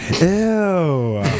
Ew